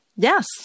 Yes